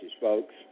folks